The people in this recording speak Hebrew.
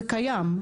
זה קיים.